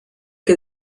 que